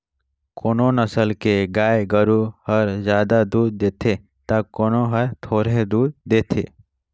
कोनो नसल के गाय गोरु हर जादा दूद देथे त कोनो हर थोरहें दूद देथे